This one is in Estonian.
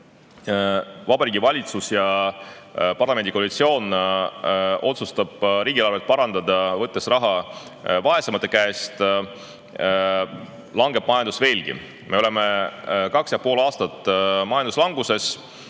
Vabariigi Valitsus ja parlamendi koalitsioon otsustavad riigieelarvet parandada, võttes raha vaesemate käest, langeb majandus veelgi. Me oleme kaks ja pool aastat olnud majanduslanguses